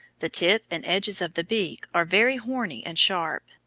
the tip and edges of the beak are very horny and sharp,